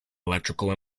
electrical